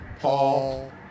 Paul